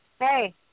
hey